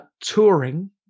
touring